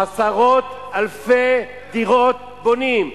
עשרות אלפי דירות בונים.